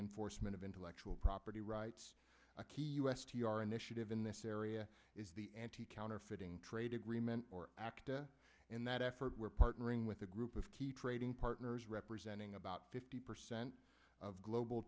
enforcement of intellectual property rights a key u s t r initiative in this area is the anti counterfeiting trade agreement or active in that effort we're partnering with a group of key trading partners representing about fifty percent of global